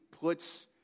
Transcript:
puts